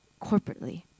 corporately